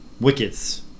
wickets